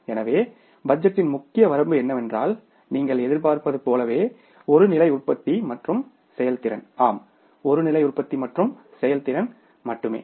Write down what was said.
எனவே இந்த பட்ஜெட்டின் முக்கிய வரம்பு என்னவென்றால் நீங்கள் எதிர்பார்ப்பது போலவே ஒரு நிலை உற்பத்தி மற்றும் செயல்திறன் ஆம் ஒரு நிலை உற்பத்தி மற்றும் செயல்திறன் மட்டுமே